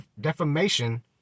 defamation